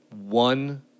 one